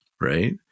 right